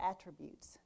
attributes